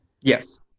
Yes